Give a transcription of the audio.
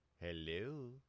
Hello